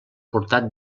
portat